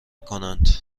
کنند